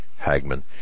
Hagman